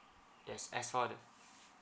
yes as for the